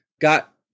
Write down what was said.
got